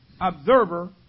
observer